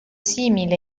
simile